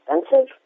expensive